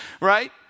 Right